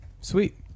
Sweet